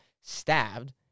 stabbed